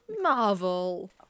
Marvel